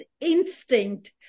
instinct